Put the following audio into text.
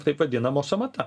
taip vadinamos sąmata